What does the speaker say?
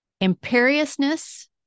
Imperiousness